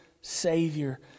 Savior